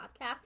podcast